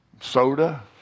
soda